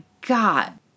god